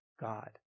God